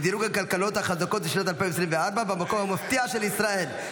דירוג הכלכלות החזקות לשנת 2024 במקום המפתיע של ישראל.